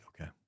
okay